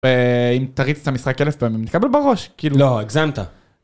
אם תריץ את המשחק אלף פעמים תקבל בראש. כאילו ... לא הגזמת.